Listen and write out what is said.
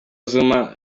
zuma